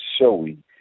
showing